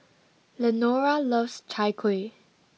Lenora loves Chai Kueh